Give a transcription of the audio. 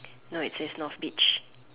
not it says Northbridge